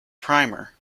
primer